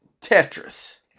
Tetris